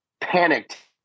panicked